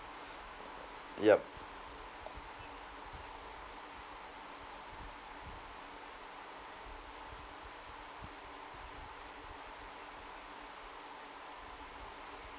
yup